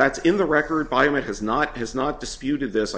that's in the record by him it has not has not disputed this